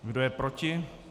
Kdo je proti?